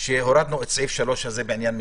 שהורדנו את סעיף (3) בעניין מזונות.